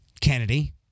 Kennedy